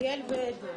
ליאל ועדן